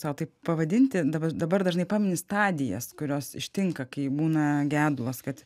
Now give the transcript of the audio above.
sau taip pavadinti dabar dabar dažnai pamini stadijas kurios ištinka kai būna gedulas kad